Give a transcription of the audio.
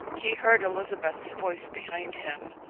he heard elizabeth's voice behind him,